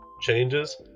changes